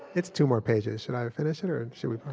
it's two more pages. should i finish it, or and should we,